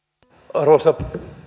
arvoisa